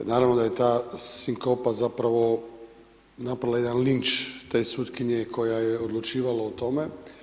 Naravno da je ta sinkopa zapravo napala jedan linč te sutkinje koja je odlučivala o tome.